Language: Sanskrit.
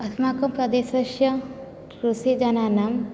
अस्माकं प्रदेशस्य कृषिजनानां